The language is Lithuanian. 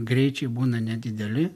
greičiai būna nedideli